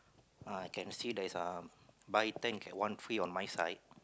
I can see there's a buy ten get one free on my side